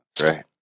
Right